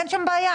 אין שם בעיה.